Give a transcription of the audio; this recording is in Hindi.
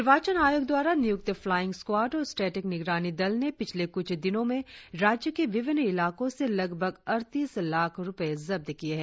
निर्वाचन आयोग द्वारा नियुक्त प्लाईंग स्क्वाड और स्टेटिक निगरानी दल ने पिछले कुछ दिनो में राज्य के विभिन्न इलाकों से लगभग अड़तीस लाख रुपए जब्त किए है